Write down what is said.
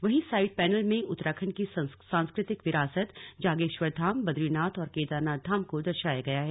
वहीं side panel में उत्तराखंड की सांस्कृतिक विरासत जागेश्वर धाम बदरीनाथ और केदारनाथ धाम को दर्शाया गया है